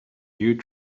you